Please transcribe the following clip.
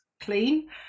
clean